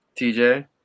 TJ